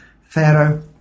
pharaoh